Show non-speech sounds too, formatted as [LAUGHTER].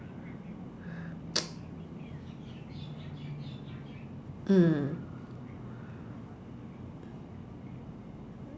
[NOISE] mm